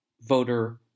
voter